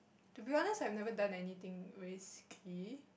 to be honest I've never done anything risky